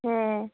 হ্যাঁ